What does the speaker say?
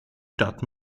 stadt